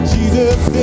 Jesus